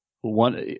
one